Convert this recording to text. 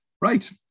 Right